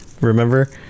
Remember